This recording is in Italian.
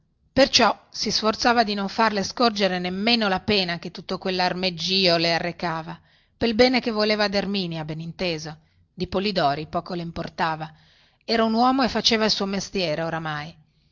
perciò si sforzava di non farle scorgere nemmeno la pena che tutto quellarmeggìo le arrecava pel bene che voleva ad erminia ben inteso di polidori poco le importava era un uomo e faceva il suo mestiere oramai